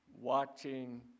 watching